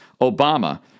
Obama